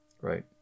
Right